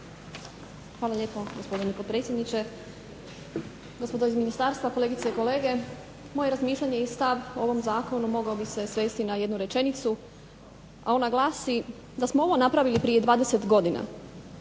Hvala lijepo gospodine potpredsjedniče, gospodo iz ministarstva, kolegice i kolege. Moje razmišljanje i stav o ovom Zakonu mogao bi se svesti na jednu rečenicu a ona glasi da smo ovo napravili prije 20 godina